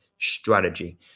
strategy